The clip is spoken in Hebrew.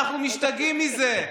אנחנו משתגעים מזה,